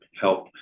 help